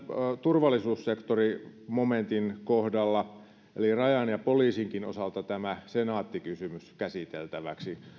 turvallisuussektorimomentin kohdalla eli rajan ja poliisinkin osalta tämä senaatti kysymys käsiteltäväksi